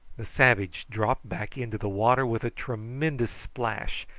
the savage dropped back into the water with a tremendous splash,